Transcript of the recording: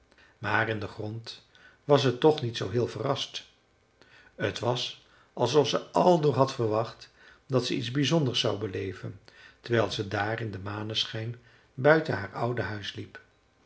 maar in den grond was ze toch niet zoo heel verrast t was alsof ze aldoor had verwacht dat ze iets bizonders zou beleven terwijl ze daar in den maneschijn buiten haar oude huis liep